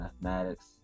mathematics